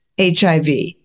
HIV